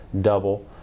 double